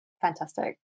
Fantastic